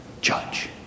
judge